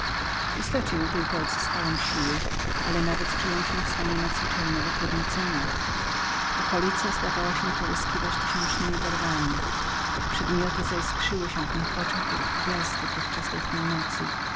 istocie nie tylko odzyskałem siły ale nawet czułem się w stanie nadzwyczajnego rozdraźnienia okolica zdawała się połyskiwać tysiącznemi barwami przedmioty zaiskrzyły się w mych oczach jak gwiazdy podczas letniej nocy